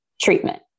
treatment